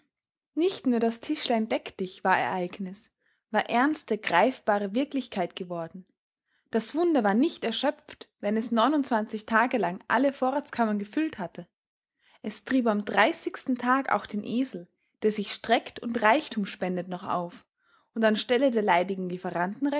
nicht nur das tischlein deck dich war ereignis war ernste greifbare wirklichkeit geworden das wunder war nicht erschöpft wenn es neunundzwanzig tage lang alle vorratskammern gefüllt hatte es trieb am dreißigsten tag auch den esel der sich streckt und reichtum spendet noch auf und an stelle der leidigen